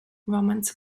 romans